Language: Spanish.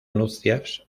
nupcias